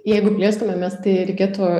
jeigu plėstumėmės tai reikėtų